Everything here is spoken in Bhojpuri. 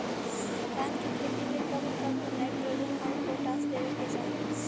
धान के खेती मे कब कब नाइट्रोजन अउर पोटाश देवे के चाही?